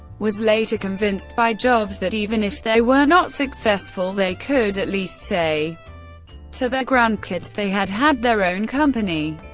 was later convinced by jobs that even if they were not successful they could at least say to their grandkids they had had their own company.